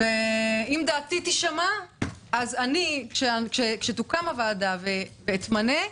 אם דעתי תישמע אז כאשר תוקם ועדת העבודה והרווחה ואתמנה,